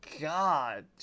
god